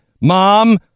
mom